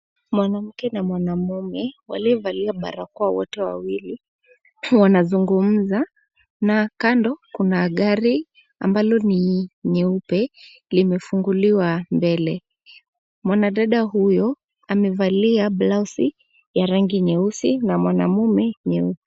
Mwanamke na mwanamume waliovalia barakoa wote wawili wanazungumza na kando kuna gari ambalo ni nyeupe, limefunguliwa mbele. Mwanadada huyo amevalia blausi ya rangi nyeusi na mwanamume nyeupe.